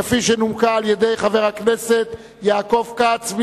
כפי שנומקה על-ידי חבר הכנסת יעקב כץ.